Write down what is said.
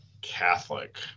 catholic